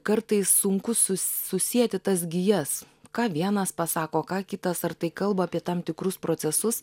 kartais sunku sus susieti tas gijas ką vienas pasako ką kitas ar tai kalba apie tam tikrus procesus